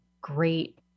great